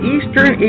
Eastern